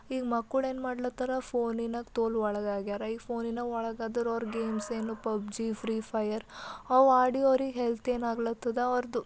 ಈಗ ಮಕ್ಕಳು ಏನು ಮಾಡ್ಲಾತ್ತಾರ ಫೋನಿನಾಗ ತೋಲು ಒಳಗಾಗ್ಯಾರ ಈಗ ಫೋನಿನಾಗ ಒಳಗಾದವ್ರು ಅವ್ರ ಗೇಮ್ಸ್ ಏನು ಪಬ್ ಜಿ ಫ್ರೀ ಫಯರ್ ಅವು ಆಡ್ಯಾವ್ರೀ ಹೆಲ್ತ್ ಏನಾಗ್ಲತ್ತದ ಅವ್ರದ್ದು